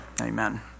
Amen